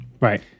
Right